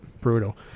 brutal